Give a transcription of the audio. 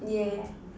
yeah